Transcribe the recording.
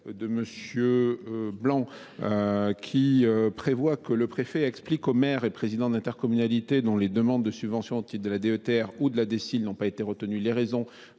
rectifié vise à ce que le préfet explique aux maires et présidents d’intercommunalité dont les demandes de subvention au titre de la DETR ou de la DSIL n’ont pas été retenues alors